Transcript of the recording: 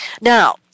Now